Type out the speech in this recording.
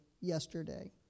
yesterday